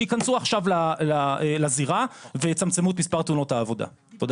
שיכנסו עכשיו לזירה ויצמצמו את מספר תאונות העבודה,